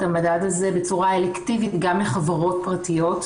המדד הזה בצורה אלקטיבית גם לחברות פרטיות,